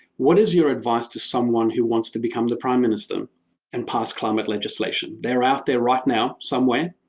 what is your advice to someone who wants to become the prime minister and pass climate legislation? they're out there right now? somewhere?